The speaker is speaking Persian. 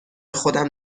خودم